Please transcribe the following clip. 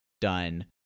done